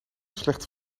slechte